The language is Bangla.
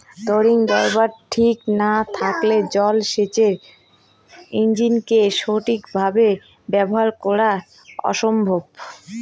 তড়িৎদ্বার ঠিক না থাকলে জল সেচের ইণ্জিনকে সঠিক ভাবে ব্যবহার করা অসম্ভব